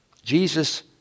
Jesus